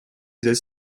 взять